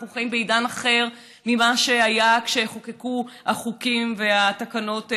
ואנחנו חיים בעידן אחר ממה שהיה כשחוקקו החוקים והתקנות הללו.